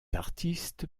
artistes